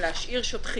להשאיר שוטרים,